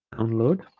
download